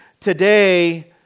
today